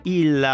il